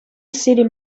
city